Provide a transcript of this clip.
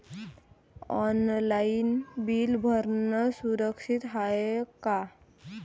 Online bill भरनं सुरक्षित हाय का?